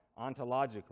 ontologically